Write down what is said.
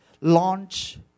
launch